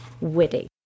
witty